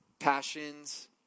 passions